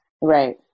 Right